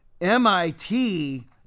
mit